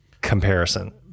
comparison